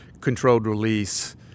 controlled-release